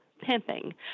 pimping